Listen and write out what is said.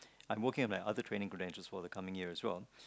I am working like other training plan just for the coming year as well